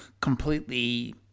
completely